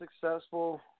successful